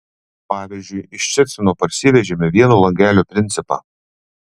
pavyzdžiui iš ščecino parsivežėme vieno langelio principą